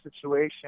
situation